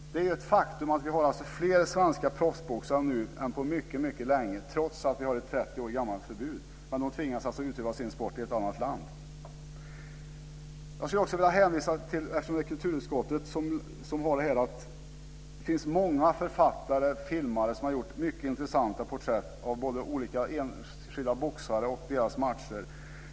Det är ett faktum att vi har fler svenska proffsboxare nu än på mycket länge, trots att vi har ett 30 år gammalt förbud. De tvingas alltså utöva sin sport i ett annat land. Eftersom det är kulturutskottets betänkande vi debatterar skulle jag också vilja hänvisa till att det finns många författare och filmare som har gjort mycket intressanta porträtt av både olika enskilda boxare och deras matcher.